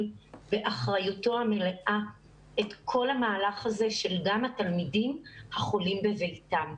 באחריותו המלאה את כל המהלך הזה של גם התלמידים החולים בביתם.